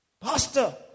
Pastor